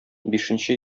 бишенче